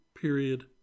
period